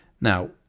Now